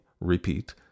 Repeat